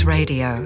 Radio